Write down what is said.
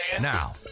Now